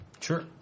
Sure